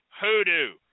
hoodoo